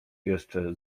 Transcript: jeszcze